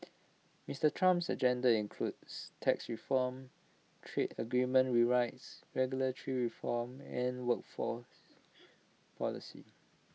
Mister Trump's agenda includes tax reform trade agreement rewrites regulatory reform and workforce policy